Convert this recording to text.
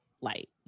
light